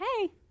Hey